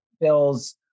Bills